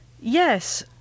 Yes